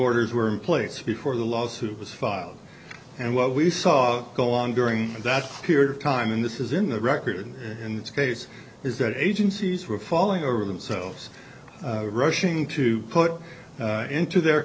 orders were in place before the lawsuit was filed and what we saw go on during that period of time and this is in the record in this case is that agencies were falling over themselves rushing to put into their